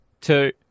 two